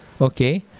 Okay